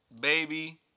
baby